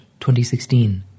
2016